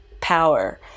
power